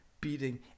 beating